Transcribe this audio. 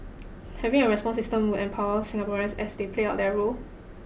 having a response system would empower Singaporeans as they play out their role